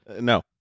No